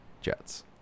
Jets